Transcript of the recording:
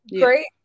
great